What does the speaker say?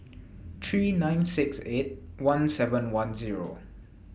three nine six eight one seven one Zero